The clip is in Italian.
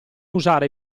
usare